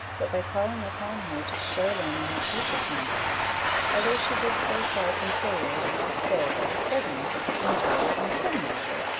but by calling upon her to show them in her future conduct although she did so far conciliate as to say, that the suddenness of the injury, in some measure,